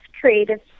Creative